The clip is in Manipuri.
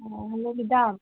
ꯑꯣ ꯍꯜꯂꯣ ꯃꯦꯗꯥꯝ